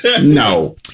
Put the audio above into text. No